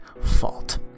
fault